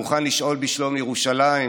מוכן לשאול בשלום ירושלים,